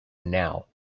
now